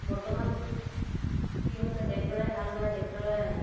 বৰ্তমান কি হৈছে ট্ৰেক্টৰেৰে হাল বায় ট্ৰেক্টৰে